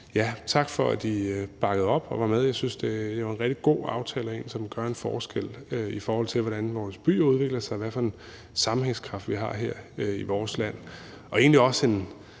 Tak for, at I bakkede op og var med. Jeg synes, det er en rigtig god aftale og en, som gør en forskel, i forhold til hvordan vores byer udvikler sig og hvad for en sammenhængskraft vi har her i vores land. Jeg har egentlig også en